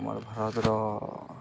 ଆମର୍ ଭାରତର